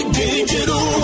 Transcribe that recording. digital